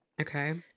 Okay